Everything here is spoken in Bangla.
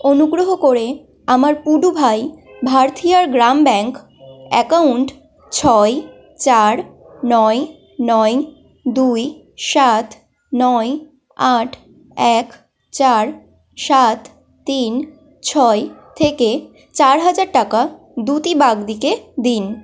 অনুগ্রহ করে আমার পুডুভাই ভারথিয়ার গ্রাম ব্যাঙ্ক অ্যাকাউন্ট ছয় চার নয় নয় দুই সাত নয় আট এক চার সাত তিন ছয় থেকে চার হাজার টাকা দ্যুতি বাগদিকে দিন